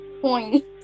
point